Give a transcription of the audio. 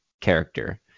character